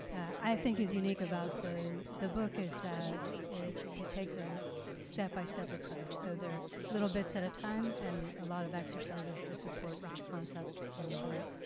i think, is unique about the the book is that it it takes a step-by-step approach. so they're little bits at a time and a lot of exercises to support each concept in the book.